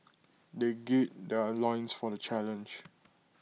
they gird their loins for the challenge